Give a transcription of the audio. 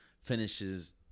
Finishes